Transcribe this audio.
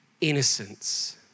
innocence